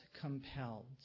compelled